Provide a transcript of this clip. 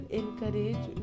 encourage